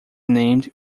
named